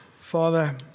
Father